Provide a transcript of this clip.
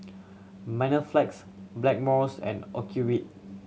Blackmores and Ocuvite